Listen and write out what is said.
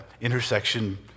intersection